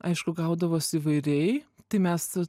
aišku gaudavosi įvairiai tai mes